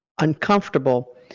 uncomfortable